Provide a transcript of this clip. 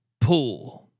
pool